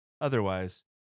otherwise